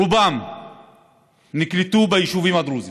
רובם נקלטו ביישובים הדרוזיים.